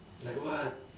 like what